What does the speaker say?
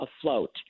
afloat